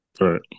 Right